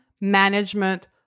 management